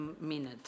minute